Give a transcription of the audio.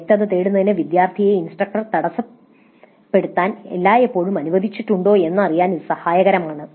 വ്യക്തത തേടുന്നതിന് വിദ്യാർത്ഥിയെ ഇൻസ്ട്രക്ടറെ തടസ്സപ്പെടുത്താൻ എല്ലായ്പ്പോഴും അനുവദിച്ചിട്ടുണ്ടോ എന്നറിയാൻ ഇത് സഹായകരമാണ്